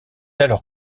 alors